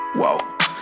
whoa